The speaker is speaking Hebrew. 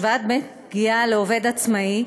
השוואת דמי פגיעה לעובד עצמאי)